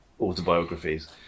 autobiographies